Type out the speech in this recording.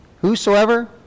whosoever